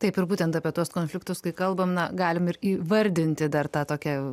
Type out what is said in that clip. taip ir būtent apie tuos konfliktus kai kalbam na galim ir įvardinti dar tą tokią